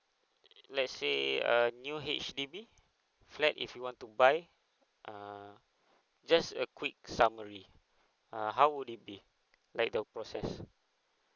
let's say a new H_D_B flat if you want to buy uh just a quick summary uh how would it be like the process